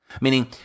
meaning